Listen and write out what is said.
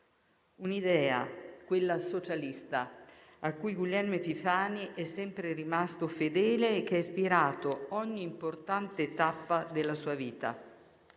Un'idea, quella socialista, a cui Guglielmo Epifani è sempre rimasto fedele e che ha ispirato ogni importante tappa della sua vita,